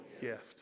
gift